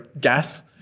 gas